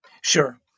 Sure